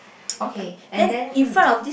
okay and then mm